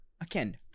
again